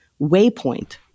waypoint